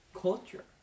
Culture